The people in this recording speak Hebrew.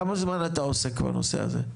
כמה זמן אתה עוסק בדבר הזה?